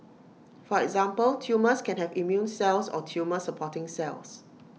for example tumours can have immune cells or tumour supporting cells